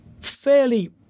fairly